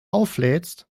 auflädst